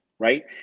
right